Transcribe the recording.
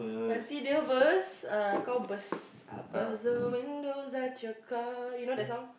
I burst the windows out your car you know that song